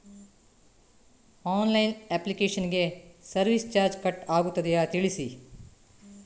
Online application ಗೆ service charge cut ಆಗುತ್ತದೆಯಾ ತಿಳಿಸಿ?